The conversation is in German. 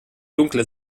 dunkle